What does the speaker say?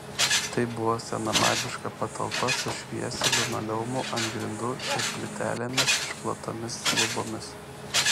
tai buvo senamadiška patalpa su šviesiu linoleumu ant grindų ir plytelėmis išklotomis lubomis